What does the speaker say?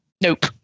Nope